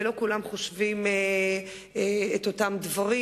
לא כולם חושבים את אותם דברים,